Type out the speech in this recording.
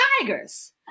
tigers